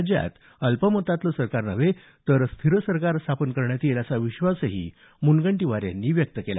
राज्यात अल्पमतातलं सरकार नव्हे तर स्थिर सरकार स्थापन करण्यात येईल असा विश्वासही मुनगंटीवार यांनी व्यक्त केला